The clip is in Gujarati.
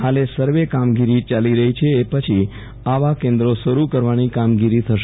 હાલે સર્વે કામગીરી ચાલી રહી છે એ પછી આવા કેન્દ્રો શરૂ કરવાની કામગીરી થશે